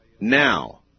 now